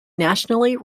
nationally